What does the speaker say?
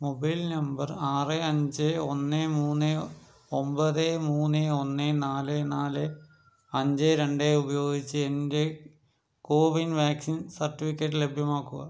mobile number ആറ് അഞ്ച് ഒന്ന് മൂന്ന് ഒമ്പത് മൂന്ന് ഒന്ന് നാല് നാല് അഞ്ച് രണ്ട് ഉപയോഗിച്ച് എൻ്റെ കോ വിൻ വാക്സിൻ സർട്ടിഫിക്കറ്റ് ലഭ്യമാക്കുക